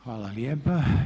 Hvala lijepa.